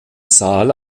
saal